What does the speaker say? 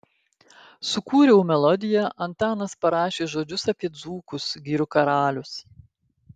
sukūriau melodiją antanas parašė žodžius apie dzūkus girių karalius